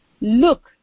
look